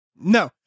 No